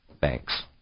Banks